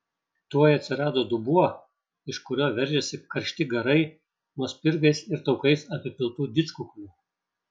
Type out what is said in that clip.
tuoj atsirado dubuo iš kurio veržėsi karšti garai nuo spirgais ir taukais apipiltų didžkukulių